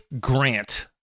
Grant